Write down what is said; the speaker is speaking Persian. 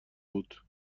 بود